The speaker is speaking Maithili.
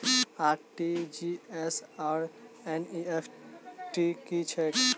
आर.टी.जी.एस आओर एन.ई.एफ.टी की छैक?